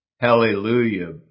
Hallelujah